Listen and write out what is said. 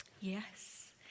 Yes